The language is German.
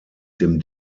dem